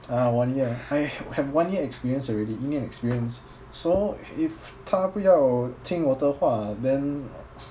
ah one year I have one year experience already 一年 experience so if 她不要听我的话 then